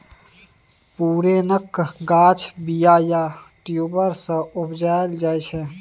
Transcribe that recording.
पुरैणक गाछ बीया या ट्युबर सँ उपजाएल जाइ छै